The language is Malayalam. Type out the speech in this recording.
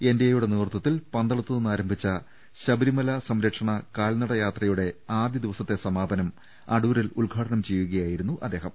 എൻഡിഎ നേതൃത്വത്തിൽ പന്തളത്ത് നിന്നാരംഭിച്ച ശബരിമല സംരക്ഷണ കാൽനട യാത്രയുടെ ആദ്യ ദിവസത്തെ സമാപനം അടൂരിൽ ഉദ്ഘാടനം ചെയ്യുകയായിരുന്നു അദ്ദേഹം